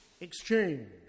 exchange